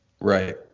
Right